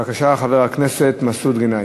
בבקשה, חבר הכנסת מסעוד גנאים.